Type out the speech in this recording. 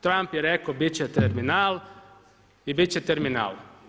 Trump je rekao biti će terminal i bit će terminal.